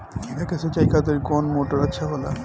खीरा के सिचाई खातिर कौन मोटर अच्छा होला?